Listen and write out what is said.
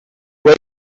for